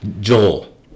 Joel